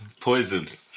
poison